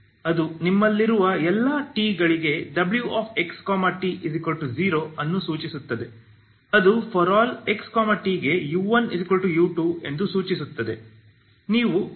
ಅದು ನಿಮ್ಮಲ್ಲಿರುವ ಎಲ್ಲ t ಗಳಿಗೆ wxt0 ಅನ್ನು ಸೂಚಿಸುತ್ತದೆ ಅದು ∀ x t ಗೆ u1u2 ಎಂದು ಸೂಚಿಸುತ್ತದೆ